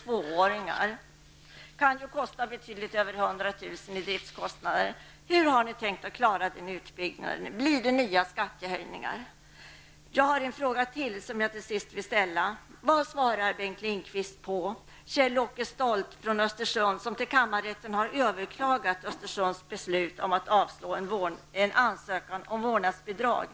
Vilket svar vill Bengt Lindqvist ge till Kjell-Åke Stolt från Östersund, som till kammarrätten har överklagat Östersunds kommuns beslut att avslå en ansökan om vårdnadsbidrag?